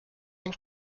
and